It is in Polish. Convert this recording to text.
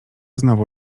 znowu